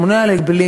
הממונה על ההגבלים,